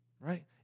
right